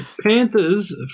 Panthers